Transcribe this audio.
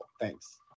Thanks